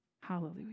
Hallelujah